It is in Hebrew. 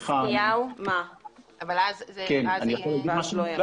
אני יכול להגיד משהו?